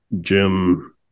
Jim